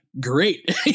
great